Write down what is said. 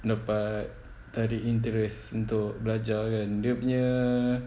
dapat tarik interest untuk belajar kan dia punya